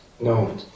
No